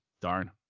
darn